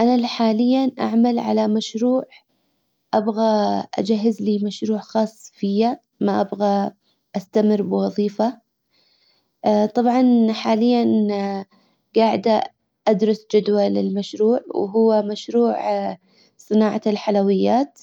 انا اللي حاليا اعمل على مشروع ابغى اجهز لي مشروع خاص فيا ما ابغى استمر بوظيفة طبعا حاليا جاعدة ادرس جدول المشروع وهو مشروع صناعة الحلويات